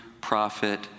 prophet